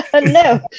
no